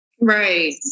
Right